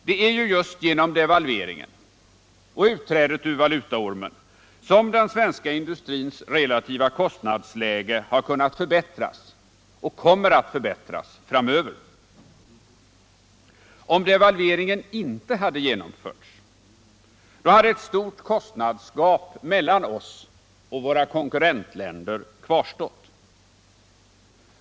Det är ju just genom delvalveringen — och utträdet ur valutaormen — som den svenska industrins relativa kostnadsläge har kunnat förbättras och kommer att förbättras framöver. Om delvalveringen inte hade genomförts då hade ett Finansdebatt Finansdebatt stort kostnadsgap mellan oss och våra konkurrentländer kvarstått.